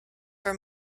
for